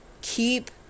Keep